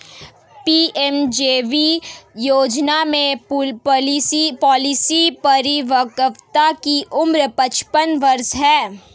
PMJJB योजना में policy परिपक्वता की उम्र पचपन वर्ष है